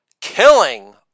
killing